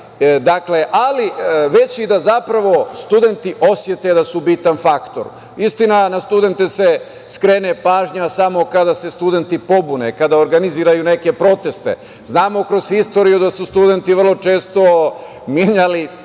ali već i da, zapravo, studenti osete da su bitan faktor. Istina, na studente se skrene pažnja samo kada se studenti pobune, kada organizuju neke proteste. Znamo kroz istoriju da su studenti vrlo često menjali,